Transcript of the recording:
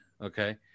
okay